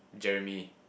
Jeremy